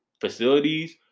facilities